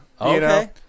Okay